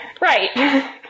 Right